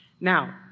Now